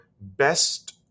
best